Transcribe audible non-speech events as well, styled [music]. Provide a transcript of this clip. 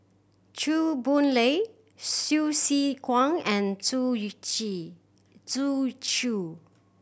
Chew Boon Lay Hsu Tse Kwang and Zhu [unintelligible] Zhu Xu